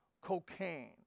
cocaine